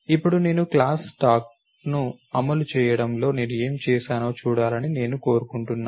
ఇప్పుడు నేను క్లాస్ స్టాక్ను అమలు చేయడంలో నేను ఏమి చేశానో చూడాలని నేను కోరుకుంటున్నాను